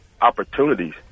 opportunities